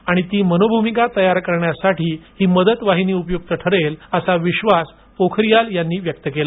आणि ती मनोभूमिका तयार करण्यासाठी ही मदत वाहिनी उपयुक्त ठरेल असा विश्वास पोखारीयाल यांनी व्यक्त केला